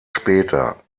später